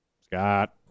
Scott